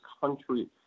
country